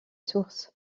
sources